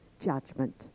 Judgment